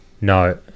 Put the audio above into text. No